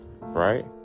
right